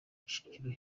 kicukiro